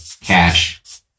cash